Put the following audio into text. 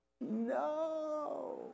no